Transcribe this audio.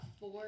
four